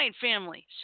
Family